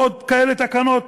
ועוד כאלה תקנות